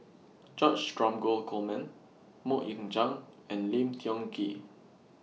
George Dromgold Coleman Mok Ying Jang and Lim Tiong Ghee